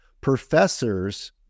professors